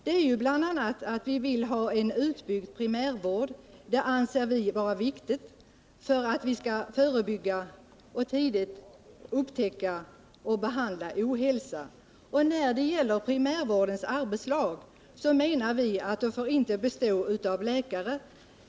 Det innebär bl.a. att vi vill ha en utbyggd primärvård, vilket vi anser vara viktigt för att förebygga, tidigt upptäcka och behandla ohälsa. När det gäller primärvårdens arbetslag menar vi att de inte får bestå av enbart läkare.